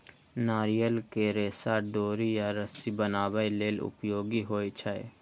नारियल के रेशा डोरी या रस्सी बनाबै लेल उपयोगी होइ छै